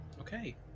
Okay